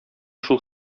шул